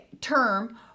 term